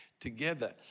together